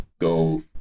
go